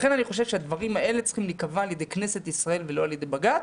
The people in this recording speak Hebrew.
לכן אני חושב שהדברים האלה צריכים להיקבע על ידי הכנסת ולא על ידי בג"ץ.